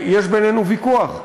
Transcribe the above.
יש בינינו ויכוח,